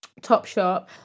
Topshop